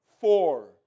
Four